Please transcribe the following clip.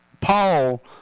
Paul